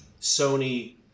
Sony